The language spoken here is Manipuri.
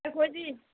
ꯑꯩꯈꯣꯏꯗꯤ